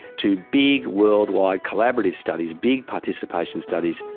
to big worldwide collaborative studies, big participation studies.